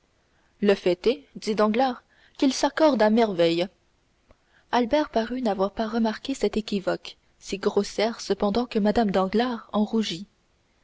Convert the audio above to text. le fait est dit danglars qu'ils s'accordent à merveille albert parut n'avoir pas remarqué cette équivoque si grossière cependant que mme danglars